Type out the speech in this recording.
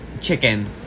chicken